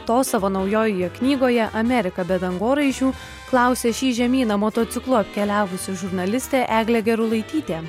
to savo naujojoje knygoje amerika be dangoraižių klausia šį žemyną motociklu apkeliavusi žurnalistė eglė gerulaitytė